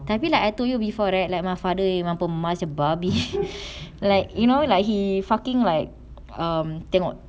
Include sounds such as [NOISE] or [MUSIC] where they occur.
tapi like I told you before right like my father memang apa macam babi [LAUGHS] like you know like he fucking like um tengok